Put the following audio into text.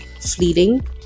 fleeting